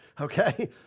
Okay